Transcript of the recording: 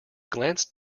glanced